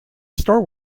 store